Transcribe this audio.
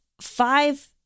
five